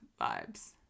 vibes